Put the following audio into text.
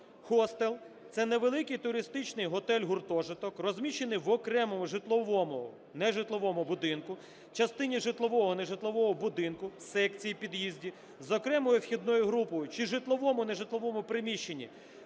хостел – це невеликий туристичний готель-гуртожиток, розміщений в окремому житловому (нежитловому) будинку, частині житлового (нежитлового) будинку (секції, під'їзді) з окремою вхідною групою чи житловому (нежитловому) приміщенні,